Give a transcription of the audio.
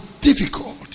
difficult